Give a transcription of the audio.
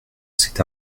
cet